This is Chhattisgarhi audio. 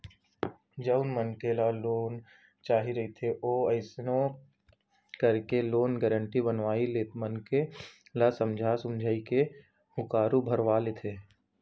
जउन मनखे ल लोन चाही रहिथे ओ कइसनो करके लोन गारेंटर बनइया मनखे ल समझा सुमझी के हुँकारू भरवा लेथे